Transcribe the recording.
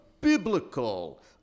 biblical